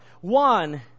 one